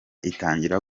itangira